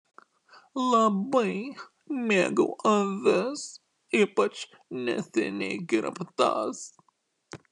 labai mėgau avis ypač neseniai kirptas